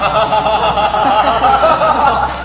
ah